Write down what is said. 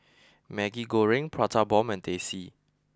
Maggi Goreng Prata Bomb and Teh C